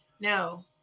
No